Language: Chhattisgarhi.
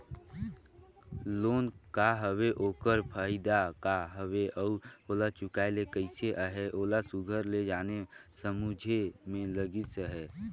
लोन का हवे ओकर फएदा का हवे अउ ओला चुकाए ले कइसे अहे ओला सुग्घर ले जाने समुझे में लगिस अहे